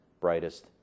brightest